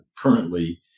currently